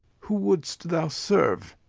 who wouldst thou serve?